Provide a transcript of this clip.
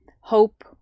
hope